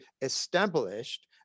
established